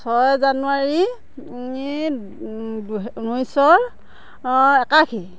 ছয় জানুৱাৰী ই দুহে ঊনৈশ একাশী